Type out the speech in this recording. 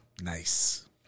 Nice